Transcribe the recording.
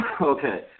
okay